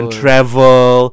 travel